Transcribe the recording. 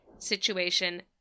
situation